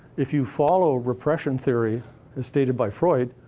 if you follow repression theory as stated by freud,